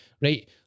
Right